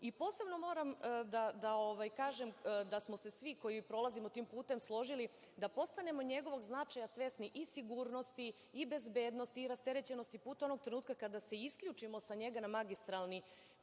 i posebno moram da kažem da smo se svi koji prolazimo tim putem složili da postanemo njegovog značaja svesni, i sigurnosti, i bezbednosti, i rasterećenosti puta, onog trenutka kada se isključimo sa njega na magistralni